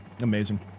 Amazing